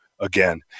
again